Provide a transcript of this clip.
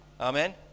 Amen